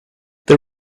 this